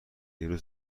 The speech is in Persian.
اونحوری